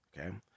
okay